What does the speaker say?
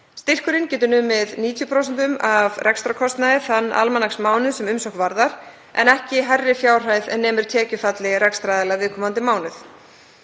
Styrkurinn getur numið 90% af rekstrarkostnaði þann almanaksmánuð sem umsókn varðar en ekki hærri fjárhæð en nemur tekjufalli rekstraraðila viðkomandi mánuð.